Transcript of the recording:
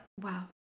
wow